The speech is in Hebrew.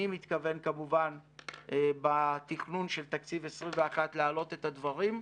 אני מתכוון כמובן בתכנון של תקציב 2021 להעלות את הדברים.